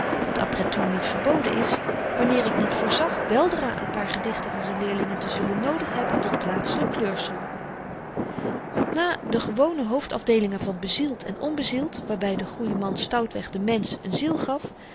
verzenmaken dat après tout niet verboden is wanneer ik niet voorzag weldra n paar gedichten van z'n leerlingen te zullen noodig hebben tot plaatselyk kleursel na de gewone hoofdafdeelingen van bezield en onbezield waarby de goeieman stoutweg den mensch n ziel gaf volgde